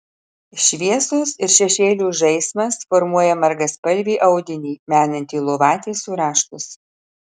šviesos ir šešėlių žaismas formuoja margaspalvį audinį menantį lovatiesių raštus